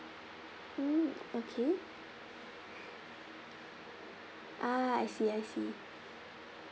mm okay ah I see I see